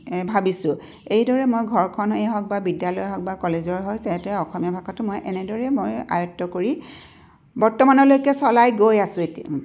ভাবিছোঁ এইদৰে মই ঘৰখনেই হওক বা বিদ্যালয়ে হওক বা কলেজৰ হওক সেইটোৱে অসমীয়া ভাষাটো এনেদৰে মই আয়ত্ব কৰি বৰ্তমানলৈকে চলাই গৈ আছোঁ এতিয়া